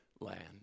land